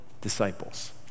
disciples